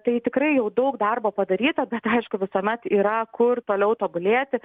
tai tikrai jau daug darbo padaryta bet aišku visuomet yra kur toliau tobulėti